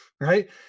Right